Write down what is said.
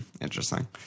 interesting